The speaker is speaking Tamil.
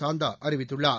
சாந்தா அறிவித்துள்ளார்